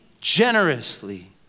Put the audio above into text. generously